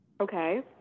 Okay